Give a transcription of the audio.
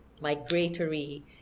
Migratory